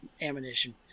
ammunition